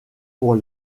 pour